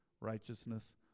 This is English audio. righteousness